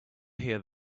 hear